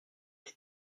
les